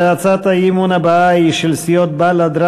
הצעת האי-אמון הבאה היא של סיעות בל"ד,